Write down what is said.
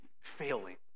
failing